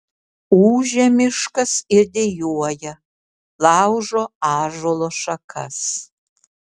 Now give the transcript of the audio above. ūžia miškas ir dejuoja laužo ąžuolo šakas